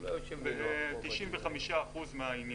הוא לא היה יושב נינוח פה בדיון -- ב-95% מהעניינים.